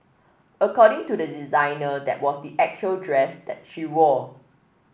according to the designer that was the actual dress that she wore